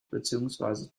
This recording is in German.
beziehungsweise